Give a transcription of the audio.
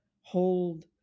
hold